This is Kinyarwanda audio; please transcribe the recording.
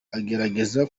agerageza